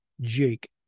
Jake